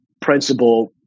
principle